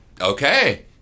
Okay